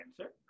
answer